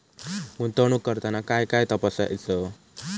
गुंतवणूक करताना काय काय तपासायच?